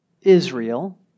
Israel